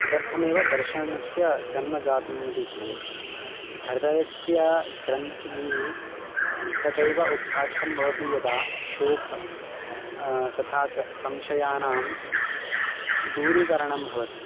तदर्थमेव दर्शनस्य जन्म जातम् इति उच्यते ह्रदयस्य ग्रन्थिः तदैव उद्घाटितं भवति यदा शोकः तथा च संस्यानां दूरीकरणं भवति